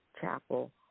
chapel